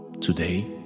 Today